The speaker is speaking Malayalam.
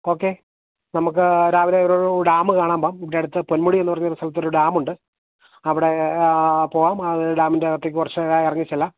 ഓക്കേ നമുക്ക് രാവിലെ ഒരു ഡാം കാണാന് പോകാം ഇവിടെ അടുത്ത പൊന്മുടി എന്നു പറഞ്ഞ സ്ഥലത്ത് ഒരു ഡാമുണ്ട് അവിടെ പോകാം അതു ഡാമിൻ്റെ അകത്തേക്ക് കുറച്ചായി ഇറങ്ങിച്ചെല്ലാം